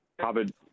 covered